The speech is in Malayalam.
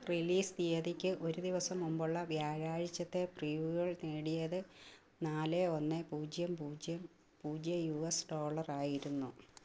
റിലീസ് തീയതിക്ക് ഒരു ദിവസം മുമ്പുള്ള വ്യാഴാഴ്ചത്തെ പ്രീവ്യൂകൾ നേടിയത് നാല് ഒന്ന് പൂജ്യം പൂജ്യം പൂജ്യം യു എസ് ഡോളറായിരുന്നു